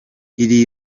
iri